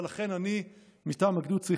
ולכן אני מטעם הגדוד צריך,